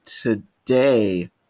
today